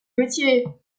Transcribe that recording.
gauthier